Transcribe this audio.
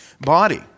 body